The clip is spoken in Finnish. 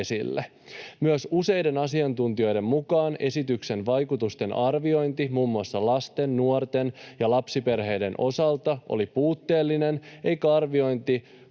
Myös useiden asiantuntijoiden mukaan esityksen vaikutusten arviointi muun muassa lasten, nuorten ja lapsiperheiden osalta oli puutteellinen eikä arviointi